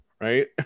Right